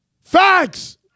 Facts